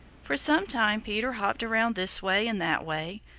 for some time peter hopped around this way and that way,